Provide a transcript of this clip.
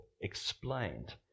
explained